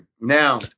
Now